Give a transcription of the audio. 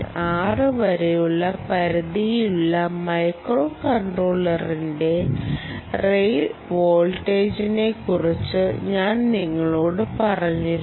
6 വരെയുള്ള പരിധിയിലുള്ള മൈക്രോകൺട്രോളറിന്റെ റെയിൽ വോൾട്ടേജിനെക്കുറിച്ച് ഞാൻ നിങ്ങളോട് പറഞ്ഞിരുന്നു